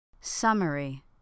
Summary